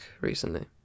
recently